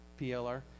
PLR